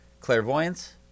clairvoyance